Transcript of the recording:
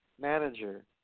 manager